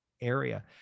area